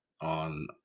on